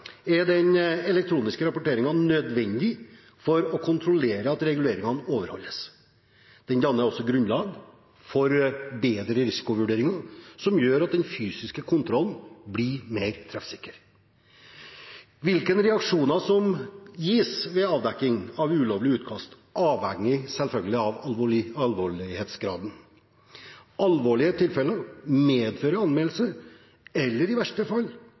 er den elektroniske rapporteringen nødvendig for å kontrollere at reguleringene overholdes. Den danner også grunnlag for bedre risikovurderinger, noe som gjør at den fysiske kontrollen blir mer treffsikker. Hvilke reaksjoner som gis ved avdekking av ulovlig utkast, avhenger selvfølgelig av alvorlighetsgraden. Alvorlige tilfeller medfører anmeldelse eller i verste fall